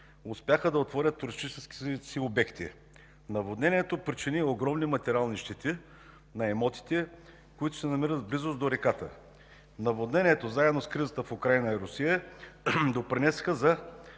успяха да отворят туристическите си обекти. Наводнението причини огромни материални щети на имотите, които се намират в близост до реката. Наводнението, заедно с кризата в Украйна и Русия, допринесоха за